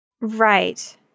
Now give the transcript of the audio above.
Right